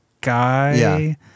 guy